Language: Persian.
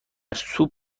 سوپ